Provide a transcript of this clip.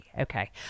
Okay